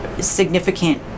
significant